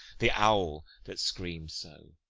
the owl, that screamed so